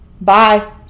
Bye